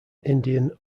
indian